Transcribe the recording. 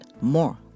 more